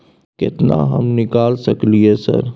केतना हम निकाल सकलियै सर?